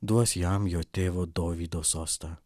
duos jam jo tėvo dovydo sostą